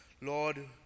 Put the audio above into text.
Lord